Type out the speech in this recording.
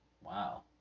Wow